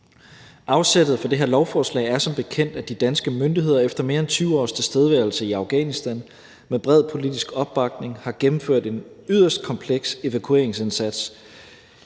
Afsættet for det her lovforslag er som bekendt, at de danske myndigheder efter mere end 20 års tilstedeværelse i Afghanistan med bred politisk opbakning har gennemført en yderst kompleks evakueringsindsats.